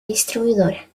distribuidora